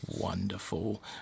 wonderful